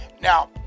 now